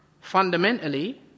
Fundamentally